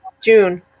june